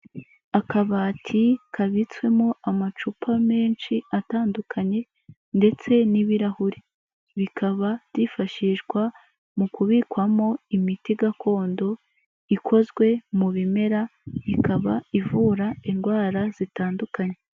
Akabati kabitswemo amacupa menshi atandukanye ndetse n'ibirahuri, bikaba byifashishwa mu kubikwamo imiti gakondo ikozwe mu bimera, ikaba ivura indwara zitandukanye.